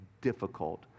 difficult